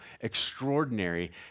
extraordinary